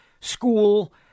school